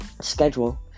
schedule